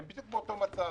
הם בדיוק באותו מצב.